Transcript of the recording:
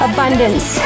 Abundance